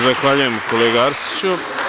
Zahvaljujem, kolega Arsiću.